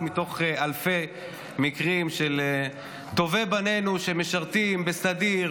מתוך אלפי מקרים של טובי בנינו שמשרתים בסדיר,